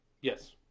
Yes